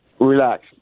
Relax